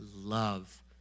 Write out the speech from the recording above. love